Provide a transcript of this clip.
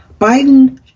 Biden